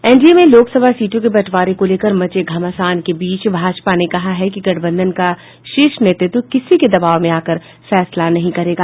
NDA में लोकसभा सीटों के बंटवारे को लेकर मचे घमासान के बीच भाजपा ने कहा है कि गठबंधन का शीर्ष नेतृत्व किसी के दबाव में आकर फैसला नहीं करेगा